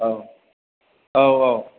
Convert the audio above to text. औ औ औ